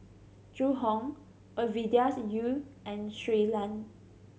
Zhu Hong Ovidia Yu and Shui Lan